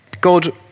God